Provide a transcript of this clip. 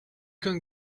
can